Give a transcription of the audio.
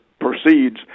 proceeds